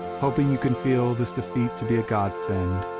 hoping you can feel this defeat to be a godsend.